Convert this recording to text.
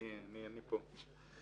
אני פה.